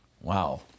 Wow